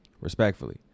Respectfully